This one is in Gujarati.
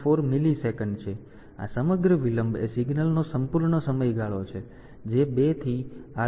274 મિલિસેકન્ડ છે આ સમગ્ર વિલંબ એ સિગ્નલનો સંપૂર્ણ સમયગાળો છે જે 2 થી 38